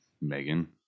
Megan